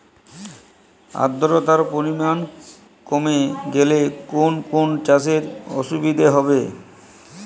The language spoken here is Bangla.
আদ্রতার পরিমাণ কমে গেলে কোন কোন চাষে অসুবিধে হবে?